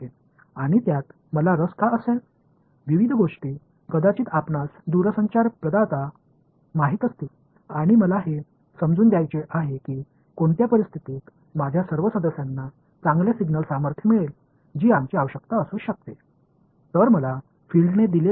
நீங்கள் பல்வேறு தொலைத் தொடர்பு வழங்குநரை அறிந்திருக்கலாம் மேலும் எனது சந்தாதாரர்கள் அனைவருக்கும் நல்ல வலிமையான சமிக்ஞை எந்த உங்களுக்கு நிபந்தனைகளின் கீழ் கிடைக்கும் என்பதை நான் புரிந்து கொள்ள விரும்புகிறேன்